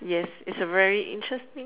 yes it's a very interesting